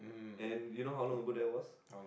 and you know how long ago that was